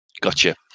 gotcha